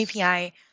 API